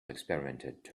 experimented